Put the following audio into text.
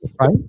right